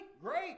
Great